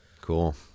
cool